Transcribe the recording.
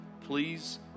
please